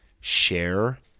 share